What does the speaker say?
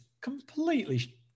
completely